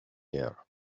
year